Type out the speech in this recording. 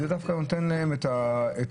וזה דווקא נותן להם את האפשרות,